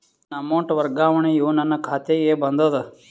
ನನ್ನ ಅಮೌಂಟ್ ವರ್ಗಾವಣೆಯು ನನ್ನ ಖಾತೆಗೆ ಬಂದದ